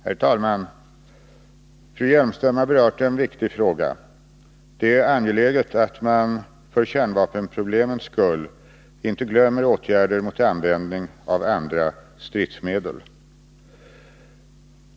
Herr talman! Fru Hjelmström har berört en viktig fråga. Det är angeläget att man för kärnvapenproblemets skull inte glömmer åtgärder mot användning av andra stridsmedel.